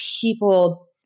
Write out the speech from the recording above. people